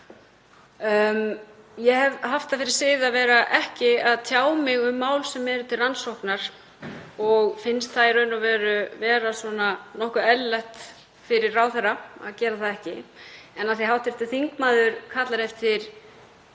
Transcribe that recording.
Ég hef haft það fyrir sið að vera ekki að tjá mig um mál sem eru til rannsóknar og finnst það í raun vera nokkuð eðlilegt fyrir ráðherra að gera það ekki. En af því að hv. þingmaður kallar eftir